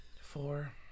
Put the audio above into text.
Four